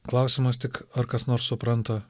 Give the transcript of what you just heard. klausimas tik ar kas nors supranta